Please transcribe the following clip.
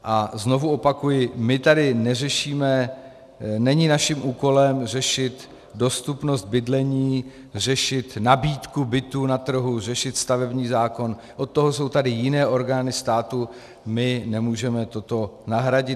A znovu opakuji, není naším úkolem řešit dostupnost bydlení, řešit nabídku bytů na trhu, řešit stavební zákon, od toho jsou tady jiné orgány státu, my nemůžeme toto nahradit.